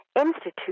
institute